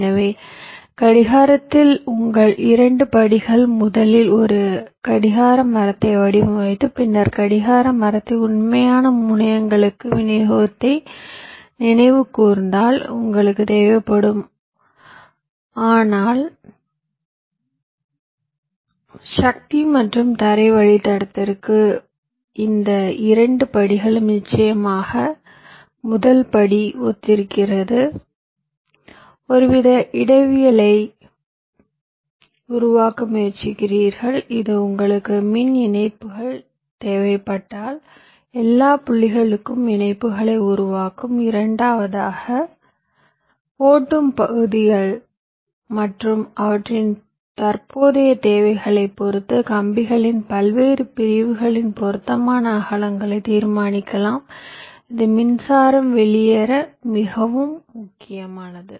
எனவே கடிகாரத்தில் இரண்டு படிகள் முதலில் ஒரு கடிகார மரத்தை வடிவமைத்து பின்னர் கடிகார மரத்தை உண்மையான முனையங்களுக்கு விநியோகித்ததை நினைவு கூர்ந்தால் தேவைப்படும் சக்தி மற்றும் தரை வழித்தடத்திற்கு இந்த இரண்டு படிகளும் நிச்சயமாக முதல் படி ஒத்திருக்கிறது ஒருவித இடவியலை உருவாக்க முயற்சிக்கிறீர்கள் இது உங்களுக்கு மின் இணைப்புகள் தேவைப்பட்டால் எல்லா புள்ளிகளுக்கும் இணைப்புகளை உருவாக்கும் இரண்டாவதாக ஓட்டும் தொகுதிகள் மற்றும் அவற்றின் தற்போதைய தேவைகளைப் பொறுத்து கம்பிகளின் பல்வேறு பிரிவுகளின் பொருத்தமான அகலங்களை தீர்மானிக்கலாம் இது மின்சாரம் வெளியேற மிகவும் முக்கியமானது